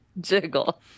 Jiggle